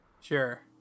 sure